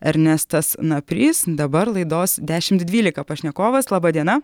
ernestas naprys dabar laidos dešimt dvylika pašnekovas laba diena